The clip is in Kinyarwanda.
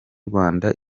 rwanda